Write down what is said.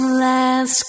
last